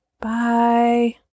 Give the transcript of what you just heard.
Bye